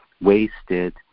wasted